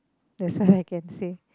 that's all I can say